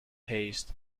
paced